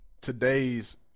today's